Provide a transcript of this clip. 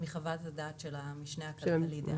נגזרת מחוות הדעת של המשנה הכלכלי.